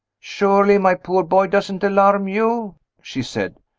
surely, my poor boy doesn't alarm you? she said.